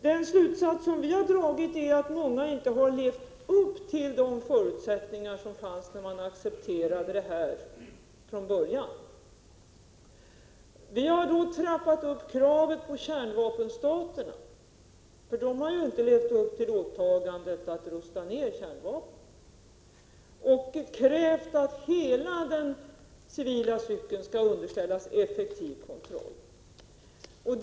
Den slutsats vi har dragit är att man inte har levt upp till de förutsättningar som fanns när man accepterade det här från början. Vi har därför trappat upp kraven på kärnvapenstaterna — de har ju inte levt upp till åtagandet att rusta ner kärnvapnen — och krävt att hela den civila cykeln skall underställas effektiv kontroll.